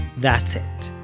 that's it.